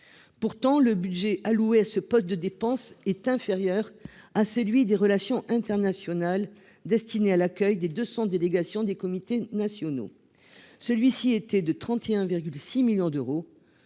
Pourtant, le budget alloué à ce poste de dépense est inférieur à celui des relations internationales destinées à l'accueil des 200 délégations des comités nationaux, celui-ci était de 31,6 millions d'euros.